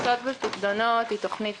תפיסות ופיקדונות היא תוכנית